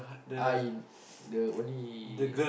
I in the only